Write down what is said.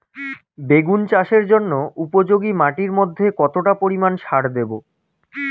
বেগুন চাষের জন্য উপযোগী মাটির মধ্যে কতটা পরিমান সার দেব?